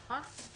נכון.